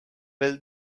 will